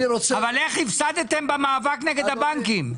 אבל איך הפסדתם במאבק נגד הבנקים?